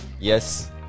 Yes